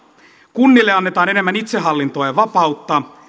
kunnille annetaan enemmän itsehallintoa ja vapautta